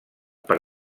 per